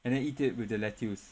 and then eat it with the lettuce